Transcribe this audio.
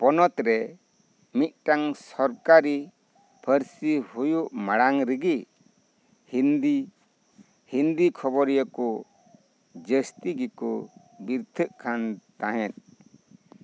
ᱯᱚᱱᱚᱛ ᱨᱮ ᱢᱤᱫᱴᱟᱝ ᱥᱚᱠᱟᱨᱤ ᱯᱟᱹᱨᱥᱤ ᱦᱩᱭᱩᱜ ᱢᱟᱲᱟᱝ ᱨᱮᱜᱮ ᱦᱤᱱᱫᱤ ᱦᱤᱱᱫᱤ ᱠᱷᱚᱵᱚᱨᱤᱭᱟᱹ ᱠᱚ ᱡᱟᱹᱥᱛᱤ ᱜᱮᱠᱚ ᱵᱤᱨᱛᱷᱟᱹᱜ ᱠᱟᱱ ᱛᱟᱦᱮᱸᱫ